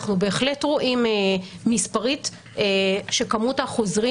אנחנו בהחלט רואים מספרית שכמות החוזרים